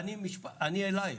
אליך,